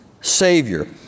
savior